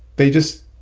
they just,